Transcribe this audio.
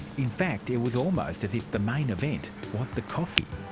in fact, it was almost as if the main event was the coffee.